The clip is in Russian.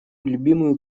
любимую